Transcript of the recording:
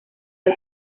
del